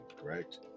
correct